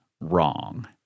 wrong